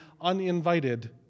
uninvited